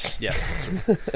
Yes